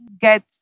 get